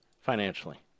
financially